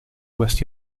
west